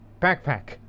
backpack